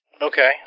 Okay